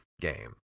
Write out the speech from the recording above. game